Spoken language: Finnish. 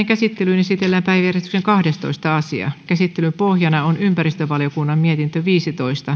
käsittelyyn esitellään päiväjärjestyksen kahdestoista asia käsittelyn pohjana on ympäristövaliokunnan mietintö viisitoista